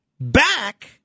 back